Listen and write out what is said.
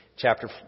chapter